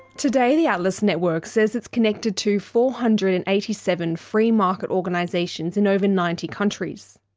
today, the atlas network says it's connected to four hundred and eighty seven free market organisations in over ninety countries.